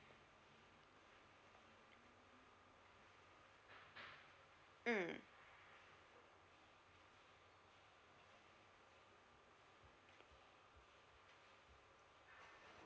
mm